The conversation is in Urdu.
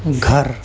گھر